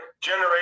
generate